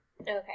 Okay